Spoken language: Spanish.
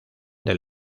del